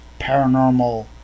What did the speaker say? paranormal